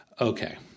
Okay